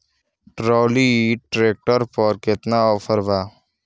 Trolley tractor पर केतना offer बा?